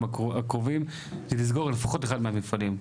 הקרובים זה לסגור לפחות אחד מהמפעלים.